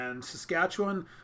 Saskatchewan